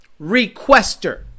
requester